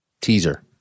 Teaser